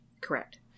Correct